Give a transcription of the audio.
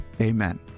amen